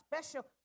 special